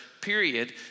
period